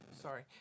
Sorry